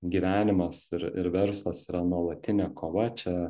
gyvenimas ir ir verslas yra nuolatinė kova čia